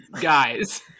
guys